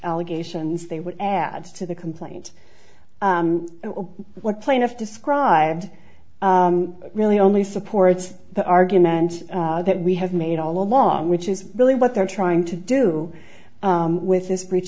allegations they would add to the complaint what plaintiff described really only supports the argument that we have made all along which is really what they're trying to do with this breach